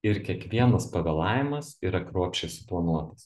ir kiekvienas pavėlavimas yra kruopščiai suplanuotas